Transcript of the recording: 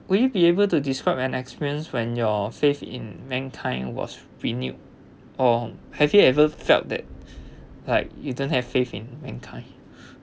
will you be able to describe an experience when your faith in mankind was renewed or have you ever felt that like you don't have faith in mankind